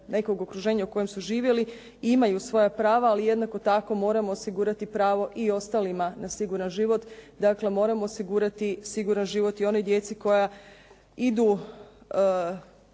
nekog okruženja u kojem su živjeli i imaju svoja prava. Ali jednako tako moramo osigurati i pravo ostalima na siguran život. Dakle, moramo osigurati siguran život i onoj djeci koja idu